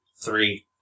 Three